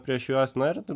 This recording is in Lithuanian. prieš juos na ir